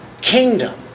kingdom